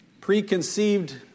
preconceived